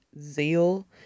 zeal –